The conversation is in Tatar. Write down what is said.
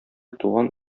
туган